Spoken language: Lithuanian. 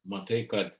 matai kad